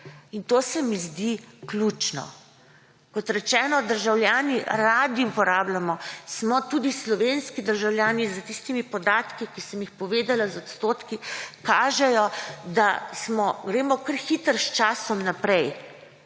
in to se mi zdi ključno. Kot rečeno, državljani radi uporabljamo, tudi slovenski državljani – tisti podatki, ki sem jih povedala, z odstotki, kažejo, da gremo kar hitro s časom naprej